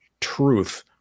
truth